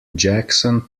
jackson